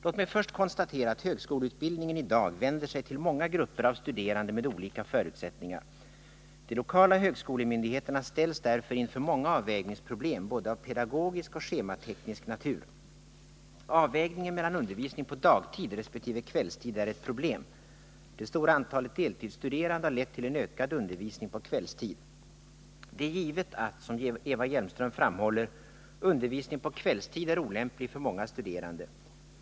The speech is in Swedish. Låt mig först konstatera att högskoleutbildningen i dag vänder sig till många grupper av studerande med olika förutsättningar. De lokala högskolemyndigheterna ställs därför inför många avvägningsproblem både av pedagogisk och schemateknisk natur. Avvägningen mellan undervisning på dagtid resp. kvällstid är ett problem. Det stora antalet deltidsstuderande har lett till en ökad undervisning på kvällstid. Det är givet att — som Eva Hjelmström framhåller — undervisning på kvällstid är olämplig för många studerande.